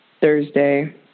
Thursday